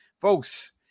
folks